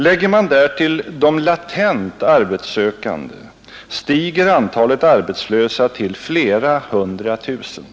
Lägger man därtill de latent arbetssökande stiger antalet arbetslösa till flera hundra tusen.